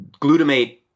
glutamate